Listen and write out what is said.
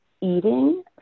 eating